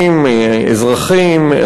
אזרחים,